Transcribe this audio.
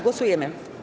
Głosujemy.